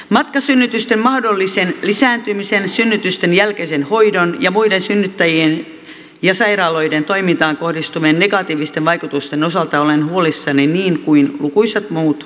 matkasynnytysten mahdollisen lisääntymisen synnytysten jälkeisen hoidon ja muiden synnyttäjien ja sairaaloiden toimintaan kohdistuvien negatiivisten vaikutusten osalta olen huolissani niin kuin lukuisat muut suomalaiset